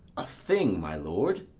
a thing, my lord!